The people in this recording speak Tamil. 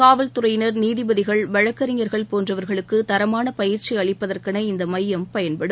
காவல் துறையினர் நீதிபதிகள் வழக்கறிஞர்கள் போன்றவர்களுக்கு பயிற்சி தரமான அளிப்பதற்கென இந்த மையம் பயன்படும்